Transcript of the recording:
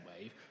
wave